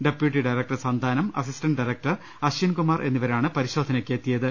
deputy director Santhanam assistant director Ashwin Kumar എന്നിവരാണ് പരി ശോധനയ്ക്ക് എത്തിയത്